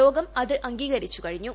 ലോകം അത് അംഗീകരിച്ചു കഴിഞ്ഞു